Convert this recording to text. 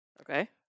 Okay